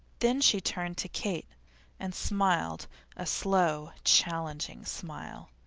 then she turned to kate and smiled a slow, challenging smile.